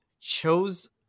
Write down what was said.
chose